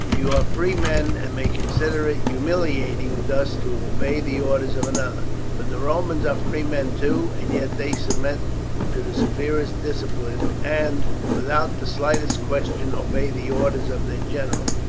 you are free men and may consider it humiliating thus to obey the orders of another but the romans are free men too, and yet they submit to the severest discipline, and without the slightest question obey the orders of their general.